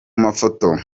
mafoto